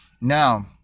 Now